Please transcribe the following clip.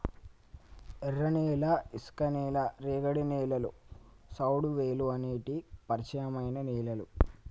ఎర్రనేల, ఇసుక నేల, రేగడి నేలలు, సౌడువేలుఅనేటి పరిచయమైన నేలలు